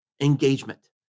engagement